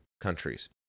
countries